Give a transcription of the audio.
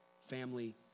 family